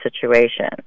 situation